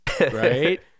right